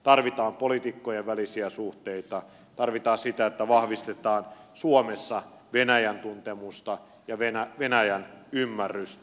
tarvitaan poliitikkojen välisiä suhteita tarvitaan sitä että vahvistetaan suomessa venäjän tuntemusta ja venäjän ymmärrystä